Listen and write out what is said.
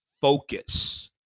focus